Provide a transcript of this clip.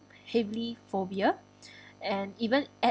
heavily phobia and even at